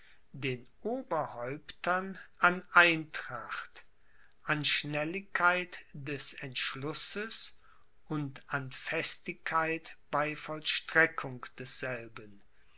den oberhäuptern an eintracht an schnelligkeit des entschlusses und an festigkeit bei vollstreckung desselben